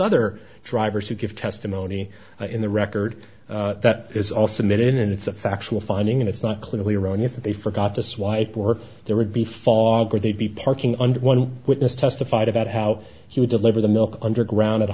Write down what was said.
other drivers who give testimony in the record that is also admitted in and it's a factual finding and it's not clearly erroneous that they forgot to swipe work there would be fog or they'd be parking under one witness testified about how he would deliver the milk underground at